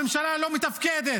הממשלה לא מתפקדת.